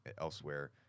elsewhere